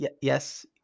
Yes